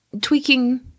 Tweaking